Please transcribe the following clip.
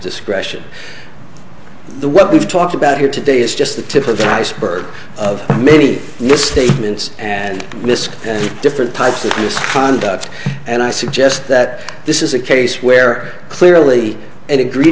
discretion the what we've talked about here today is just the tip of iceberg of many misstatements and risk and different types of conduct and i suggest that this is a case where clearly an egre